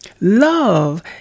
Love